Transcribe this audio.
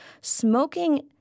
smoking